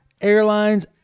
Airlines